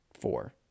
four